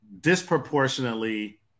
disproportionately